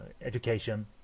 education